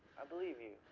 i believe you.